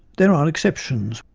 there are exceptions.